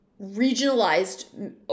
regionalized